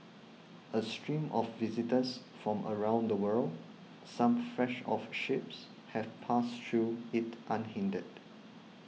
a stream of visitors from around the world some fresh off ships have passed through it unhindered